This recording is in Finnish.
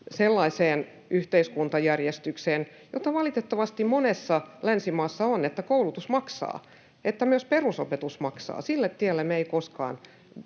sellaiseen yhteiskuntajärjestykseen, jota valitettavasti monessa länsimaassa on, että koulutus maksaa, että myös perusopetus maksaa. Sille tielle meidän ei koskaan